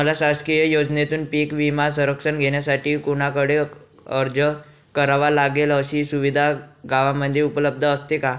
मला शासकीय योजनेतून पीक विमा संरक्षण घेण्यासाठी कुणाकडे अर्ज करावा लागेल? अशी सुविधा गावामध्ये उपलब्ध असते का?